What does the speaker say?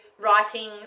writing